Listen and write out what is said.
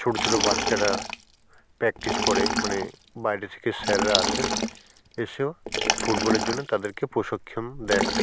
ছোট ছোট বাচ্চারা প্র্যাকটিস করে মানে বাইরে থেকে স্যাররা আসেন এসেও ফুটবলের জন্য তাদেরকে প্রশিক্ষণ দেন